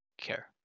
care